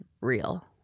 real